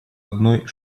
одной